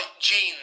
jeans